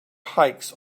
hikes